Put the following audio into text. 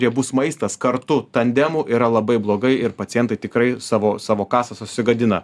riebus maistas kartu tandemu yra labai blogai ir pacientai tikrai savo savo kasą susigadina